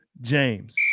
James